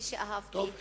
ספרותי שאהבתי.